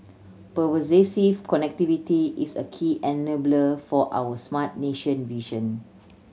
connectivity is a key enabler for our smart nation vision